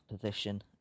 position